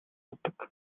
явдаг